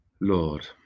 Lord